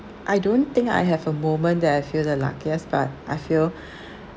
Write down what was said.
I don't think I have a moment that I feel the luckiest but I feel